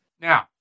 Now